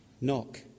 Knock